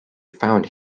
found